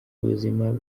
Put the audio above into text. ubuzima